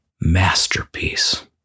masterpiece